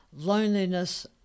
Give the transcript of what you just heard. loneliness